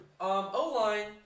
O-line